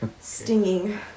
stinging